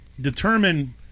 determine